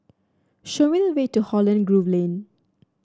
show me the way to Holland Grove Lane